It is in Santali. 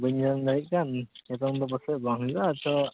ᱵᱟᱹᱧ ᱧᱟᱢ ᱫᱟᱲᱮᱜ ᱠᱟᱱ ᱱᱤᱛᱚᱜ ᱫᱚ ᱯᱟᱥᱮᱡ ᱵᱟᱝ ᱦᱩᱭᱩᱜᱼᱟ ᱛᱚ